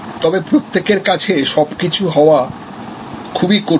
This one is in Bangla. তবে প্রত্যেকের কাছে সবকিছু হওয়া খুবই কঠিন